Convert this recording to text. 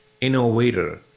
innovator